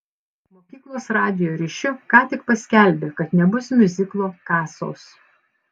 mokyklos radijo ryšiu ką tik paskelbė kad nebus miuziklo kasos